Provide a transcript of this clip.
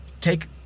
Take